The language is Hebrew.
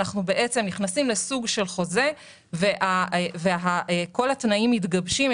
אנחנו בעצם נכנסים לסוג של חוזה וכל התנאים מתגבשים.